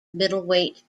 middleweight